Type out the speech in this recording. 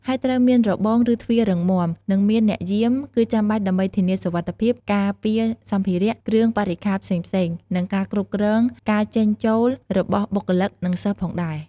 ហើយត្រូវមានរបង ឬទ្វាររឹងមាំ និងមានអ្នកយាម គឺចាំបាច់ដើម្បីធានាសុវត្ថិភាព ការពារសម្ភារៈ គ្រឿងបរិក្ខារផ្សេងៗ និងការគ្រប់គ្រងការចេញចូលរបស់បុគ្គលនិងសិស្សផងដែរ។